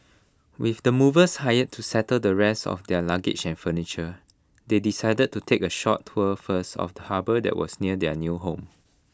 with the movers hired to settle the rest of their luggage and furniture they decided to take A short tour first of the harbour that was near their new home